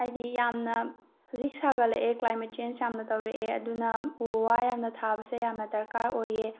ꯍꯥꯏꯗꯤ ꯌꯥꯝꯅ ꯍꯧꯖꯤꯛ ꯁꯥꯒꯠꯂꯛꯑꯦ ꯀ꯭ꯂꯥꯏꯃꯦꯠ ꯆꯦꯟꯖ ꯌꯥꯝꯅ ꯇꯧꯔꯛꯑꯦ ꯑꯗꯨꯅ ꯎ ꯋꯥ ꯌꯥꯝꯅ ꯊꯥꯕꯁꯦ ꯌꯥꯝꯅ ꯗꯥꯔꯀꯔ ꯑꯣꯏꯌꯦ